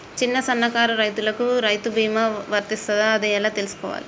చిన్న సన్నకారు రైతులకు రైతు బీమా వర్తిస్తదా అది ఎలా తెలుసుకోవాలి?